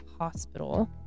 Hospital